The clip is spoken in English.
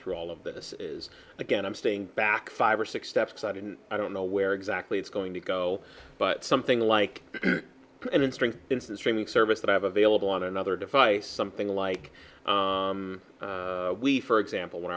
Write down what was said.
through all of this is again i'm staying back five or six steps i didn't i don't know where exactly it's going to go but something like an instinct in streaming service that i have available on another device something like we for example when